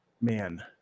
man